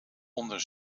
onder